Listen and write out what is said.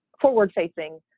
forward-facing